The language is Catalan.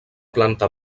planta